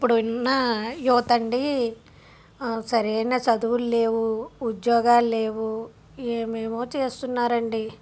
ఇప్పుడు ఉన్న యువత అండి సరైన చదువులు లేవు ఉద్యోగాలు లేవు ఏమేమో చేస్తున్నారండి